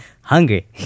Hungry